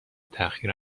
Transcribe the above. تاخیر